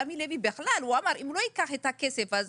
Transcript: רמי לוי בכלל אמר שאם הוא לא ייקח את הכסף הזה